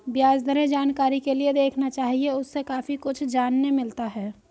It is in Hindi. ब्याज दरें जानकारी के लिए देखना चाहिए, उससे काफी कुछ जानने मिलता है